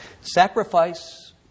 Sacrifice